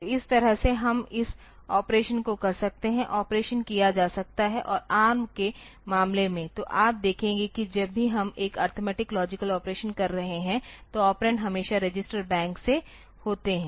तो इस तरह से हम इस ऑपरेशन को कर सकते हैं ऑपरेशन किया जा सकता है और ARM के मामले में तो आप देखेंगे कि जब भी हम एक अरिथमेटिक लॉजिकल ऑपरेशन कर रहे हैं तो ऑपरेंड हमेशा रजिस्टर बैंक से होते हैं